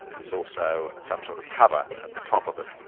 there's also some sort of cover at the top of it,